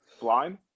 Blind